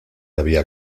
había